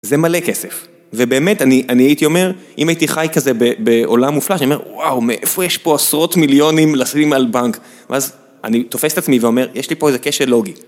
זה מלא כסף, ובאמת, אני הייתי אומר, אם הייתי חי כזה בעולם מופלא, אני אומר, וואו, מאיפה יש פה עשרות מיליונים לשים על בנק? ואז אני תופס את עצמי ואומר, יש לי פה איזה כשל לוגי.